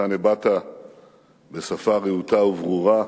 שאותן הבעת בשפה רהוטה וברורה,